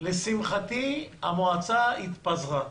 לשמחתי המועצה התפזרה.